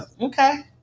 Okay